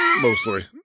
Mostly